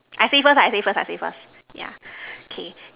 I say first I say first I say first yeah okay